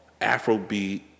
Afrobeat